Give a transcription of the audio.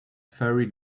furry